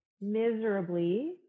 miserably